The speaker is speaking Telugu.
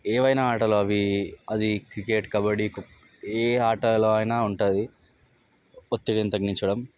ఏవైనా ఆటలు అవి అది క్రికెట్ కబడ్డీ ఖో ఏ ఆటలో అయిన ఉంటుంది ఒత్తిడిని తగ్గించడం